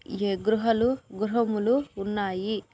గృహాలు గృహములు ఉన్నాయి